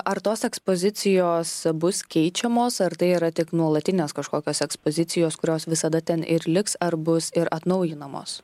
ar tos ekspozicijos bus keičiamos ar tai yra tik nuolatinės kažkokios ekspozicijos kurios visada ten ir liks ar bus ir atnaujinamos